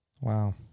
Wow